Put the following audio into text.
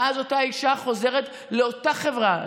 ואז אותה אישה חוזרת לאותה חברה,